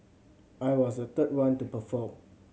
I was the third one to perform